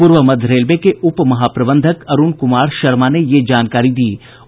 पूर्व मध्य रेलवे के उप महाप्रबंधक अरूण कुमार शर्मा ने ये जानकारी दी है